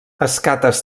escates